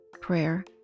prayer